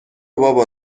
بابا